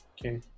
Okay